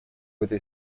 этой